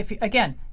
again